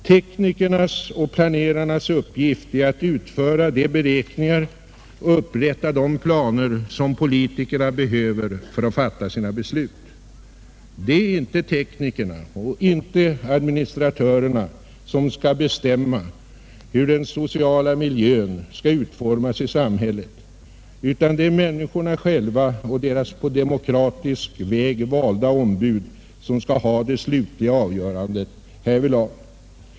Teknikernas och planerarnas uppgift är att utföra de beräkningar och upprätta de planer, som politikerna behöver för att fatta sina beslut. Det är inte teknikerna och inte administratörerna som skall bestämma hur den sociala miljön skall utformas i samhället, utan det är människorna själva och deras på demokratisk väg valda ombud som skall ha det slutliga avgörandet härvidlag.